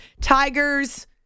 Tigers